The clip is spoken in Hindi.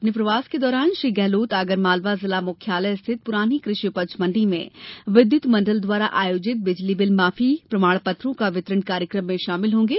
अपने प्रवास के दौरान श्री गेहलोत आगरमालवा जिला मुख्यालय स्थित पुरानी कृषि उपज मंडी में विद्युत मंडल द्वारा आयोजित बिजली बिल माफी प्रमाण पत्रों का वितरण कार्यक्रम में शामिल होगें